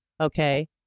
Okay